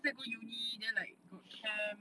再 go uni then like got camp